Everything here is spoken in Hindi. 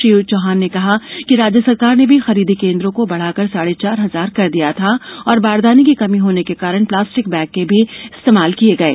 श्री चौहान ने कहा कि राज्य सरकार ने भी खरीदी केन्द्रों को बढ़ाकर साढ़े चार हजार कर दिया था और बारदानी की कमी होने के कारण प्लास्टिक के बैग भी इस्तेमाल किये गये